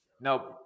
No